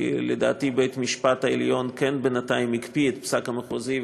כי לדעתי בית-המשפט העליון כן הקפיא בינתיים את פסק הדין של המחוזי,